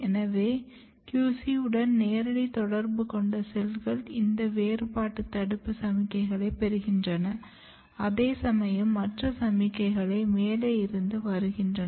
எனவே QC உடன் நேரடி தொடர்பு கொண்ட செல்கள் இந்த வேறுபாடு தடுப்பு சமிக்ஞைகளைப் பெறுகின்றன அதேசமயம் மற்ற சமிக்ஞைகள் மேலே இருந்து வருகின்றன